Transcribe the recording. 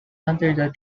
under